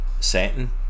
setting